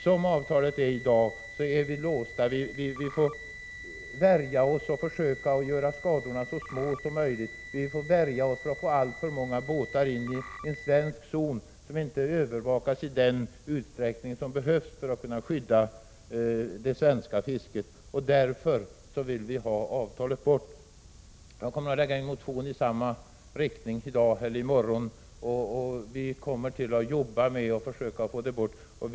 Som avtalet ser ut i dag är vi låsta. Vi får värja oss och försöka göra skadorna så små som möjligt. Vi får värja oss mot att få in alltför många båtar i den svenska zonen som inte övervakas i den utsträckning som behövs för att skydda det svenska fisket, och därför vill vi ha bort avtalet. Jag kommer att lägga en motion i samma riktning och vi kommer att arbeta med att försöka få bort avtalet.